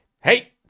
Hey